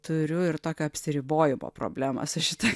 turiu ir tokio apsiribojimo problemą su šita